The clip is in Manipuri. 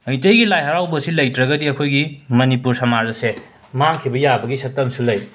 ꯃꯩꯇꯩꯒꯤ ꯂꯥꯏ ꯍꯔꯥꯎꯕ ꯑꯁꯤ ꯂꯩꯇ꯭ꯔꯒꯗꯤ ꯑꯩꯈꯣꯏꯒꯤ ꯃꯅꯤꯄꯨꯔ ꯁꯃꯥꯖ ꯑꯁꯦ ꯃꯥꯡꯈꯤꯕ ꯌꯥꯕꯒꯤ ꯁꯛꯇꯝꯁꯨ ꯂꯩ